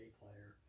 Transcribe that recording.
player